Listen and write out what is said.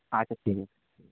আচ্ছা ঠিক